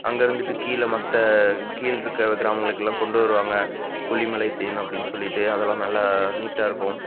அங்கே இருந்துவிட்டு கீழே மற்ற கீழ் இருக்கற கிராமங்களுக்கெல்லாம் கொண்டு வருவாங்க கொல்லிமலைத் தேன் அப்படின் சொல்லிட்டு அதெல்லாம் நல்லா நீட்டாக இருக்கும்